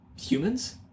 humans